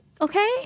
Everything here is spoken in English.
okay